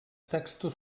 textos